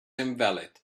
invalid